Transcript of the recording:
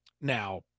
now